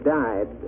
died